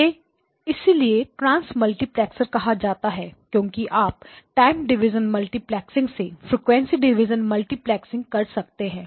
इसे इसलिए ट्रांसमल्टीप्लैक्सर कहा जाता है क्योंकि आप टाइम डिवीज़न मल्टीप्लेक्सिंग से फ्रीक्वेंसी डिवीज़न मल्टीप्लेक्सिंग तक जाते हैं